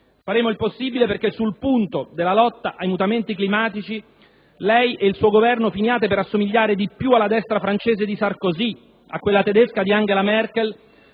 Faremo il possibile perché sul punto della lotta ai mutamenti climatici lei e il suo Governo finiate per assomigliare più alla destra francese di Sarkozy, a quella tedesca di Angela Merkel,